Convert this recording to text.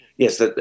Yes